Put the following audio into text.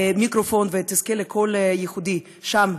למיקרופון ותזכה לקול ייחודי שם,